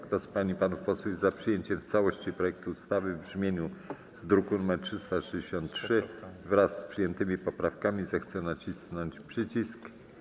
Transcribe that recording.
Kto z pań i panów posłów jest za przyjęciem w całości projektu ustawy w brzmieniu z druku nr 363, wraz z przyjętymi poprawkami, zechce nacisnąć przycisk.